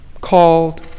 called